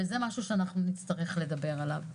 זה דבר שאנחנו נצטרך לדבר עליו.